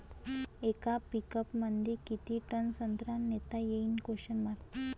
येका पिकअपमंदी किती टन संत्रा नेता येते?